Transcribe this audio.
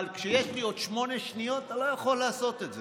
אבל כשיש לי עוד שמונה שניות אתה לא יכול לעשות את זה.